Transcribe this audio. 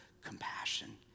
compassion